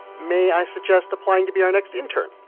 may i suggest applying to be our next intern?